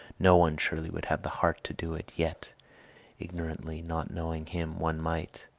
no one surely would have the heart to do it yet ignorantly, not knowing him, one might.